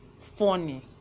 Funny